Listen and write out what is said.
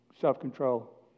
self-control